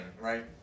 right